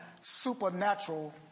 supernatural